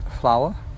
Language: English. flour